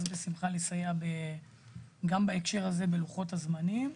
בשמחה לסייע גם בהקשר הזה בלוחות הזמנים.